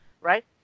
right